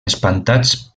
espantats